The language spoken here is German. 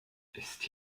ist